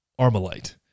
Armalite